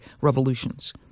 revolutions